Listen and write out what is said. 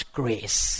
grace